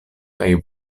kaj